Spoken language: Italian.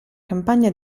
campagna